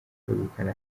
kwegukana